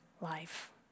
life